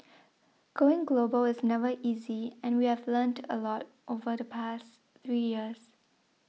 going global is never easy and we have learned a lot over the past three years